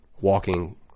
walking